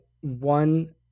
one